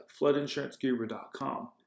floodinsuranceguru.com